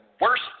worst